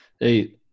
Hey